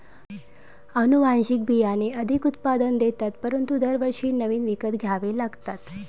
अनुवांशिक बियाणे अधिक उत्पादन देतात परंतु दरवर्षी नवीन विकत घ्यावे लागतात